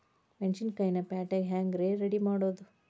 ಮೆಣಸಿನಕಾಯಿನ ಪ್ಯಾಟಿಗೆ ಹ್ಯಾಂಗ್ ರೇ ರೆಡಿಮಾಡೋದು?